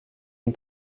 une